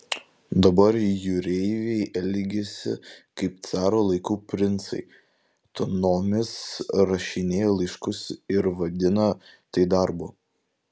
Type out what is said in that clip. dabar jūreiviai elgiasi kaip caro laikų princai tonomis rašinėja laiškus ir vadina tai darbu